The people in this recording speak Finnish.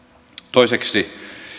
toiseksi